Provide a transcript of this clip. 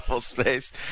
space